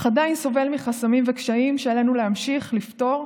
אך עדיין סובל מחסמים וקשיים שעלינו להמשיך לפתור,